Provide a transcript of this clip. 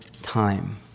time